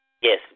Yes